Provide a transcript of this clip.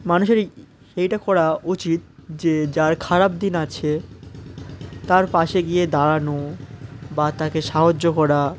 মানুষের এইটা করা উচিত যে যার খারাপ দিন আছে তার পাশে গিয়ে দাঁড়ানো বা তাকে সাহায্য করা